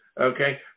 Okay